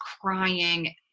crying